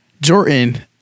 Jordan